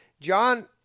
John